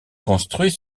construits